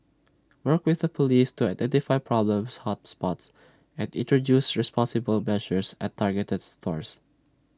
work with the Police to identify problems hot spots and introduce responsible measures at targeted stores